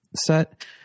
set